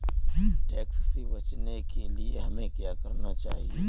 Tax से बचने के लिए हमें क्या करना चाहिए?